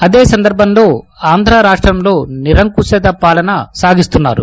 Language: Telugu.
అదే సందర్బంలో ఆంధ్ర రాష్ట్రంలో నిరంకుశ పాలన సాగిస్తున్నారు